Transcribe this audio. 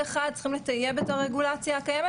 כבר אז השימוש מתחיל.